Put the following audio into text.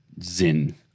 zin